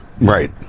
right